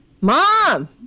Mom